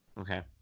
Okay